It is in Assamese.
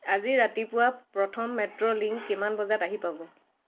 আজি ৰাতিপুৱা প্ৰথম মেট্ৰো লিংক কিমান বজাত আহি পাব